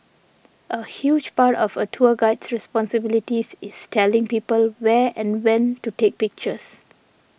a huge part of a tour guide's responsibilities is telling people where and when to take pictures